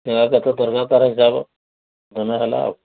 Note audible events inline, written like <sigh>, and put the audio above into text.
<unintelligible> କେତେ ଥର ହିସାବ ହେଲେ ହେଲା ଆଉ